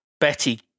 Betty